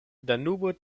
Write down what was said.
danubo